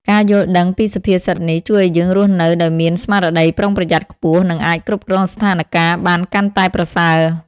ការយល់ដឹងពីសុភាសិតនេះ ជួយឱ្យយើងរស់នៅដោយមានស្មារតីប្រុងប្រយ័ត្នខ្ពស់ និងអាចគ្រប់គ្រងស្ថានការណ៍បានកាន់តែប្រសើរ។